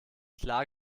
klar